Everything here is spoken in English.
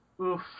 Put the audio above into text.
Oof